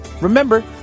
Remember